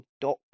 dock